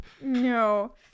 No